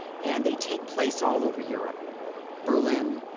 and they take place all over europe berlin,